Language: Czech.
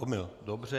Omyl, dobře.